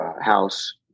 house